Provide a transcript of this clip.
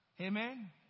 Amen